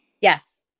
Yes